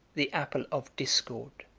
the apple of discord.